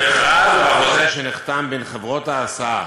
במכרז ובחוזה שנחתם בין חברות ההסעה